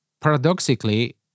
paradoxically